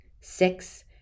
Six